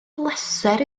bleser